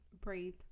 breathe